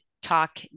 talk